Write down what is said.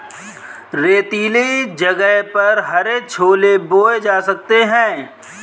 रेतीले जगह पर हरे छोले बोए जा सकते हैं